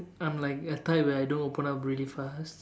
I'm like a type where I don't open up really fast